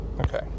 Okay